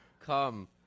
come